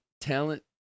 talent